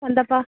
ഉണ്ടപ്പ